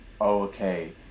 okay